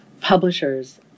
publishers